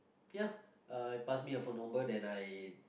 ya pass me her phone number then I